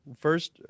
first